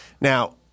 Now-